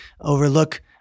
overlook